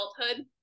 adulthood